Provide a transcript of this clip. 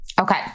Okay